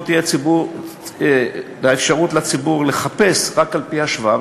תהיה לציבור אפשרות לחפש רק על-פי השוואה,